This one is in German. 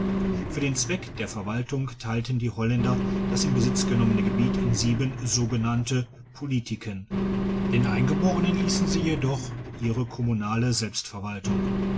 für die zwecke der verwaltung teilten die holländer das in besitz genommene gebiet in sieben sogenannte politiken den eingeborenen hessen sie jedoch ihre kommunale